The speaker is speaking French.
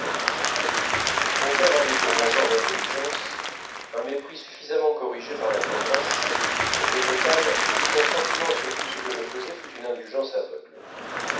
mon père avait pour mon genre d'intelligence un mépris suffisamment corrigé par la tendresse pour qu'au total son sentiment sur tout ce que je faisais fût une indulgence aveugle